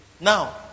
Now